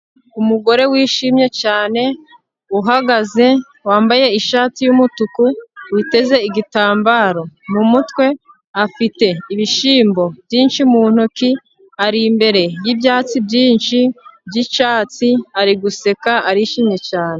Umugore wishimye cyane, uhagaze, wambaye ishati y'umutuku, witeze igitambaro mu mutwe, afite ibishyimbo byinshi mu ntoki, ari imbere y'ibyatsi byinshi by'icyatsi, ari guseka, arishimye cyane.